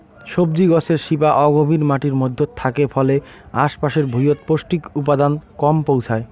সবজি গছের শিপা অগভীর মাটির মইধ্যত থাকে ফলে আশ পাশের ভুঁইয়ত পৌষ্টিক উপাদান কম পৌঁছায়